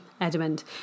Edmund